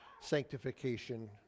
sanctification